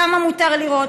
כמה מותר לראות,